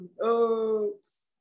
Oaks